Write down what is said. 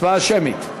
הצבעה שמית.